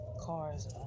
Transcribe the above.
Cars